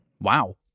wow